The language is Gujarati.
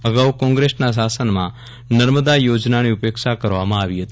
અગાઉ કોંગ્રેસના શાસનમાં નર્મદા યોજનાની ઉપેક્ષા કરવામાં આવી હતી